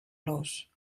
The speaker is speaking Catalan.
los